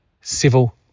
civil